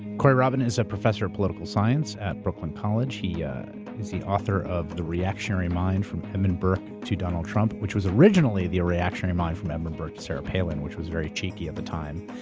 corey robin is a professor of political science at brooklyn college. he yeah is the author of the reactionary mind from edmund burke to donald trump, which was originally the reactionary mind from edmund burke to sarah palin, which was very cheeky at the time.